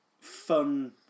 fun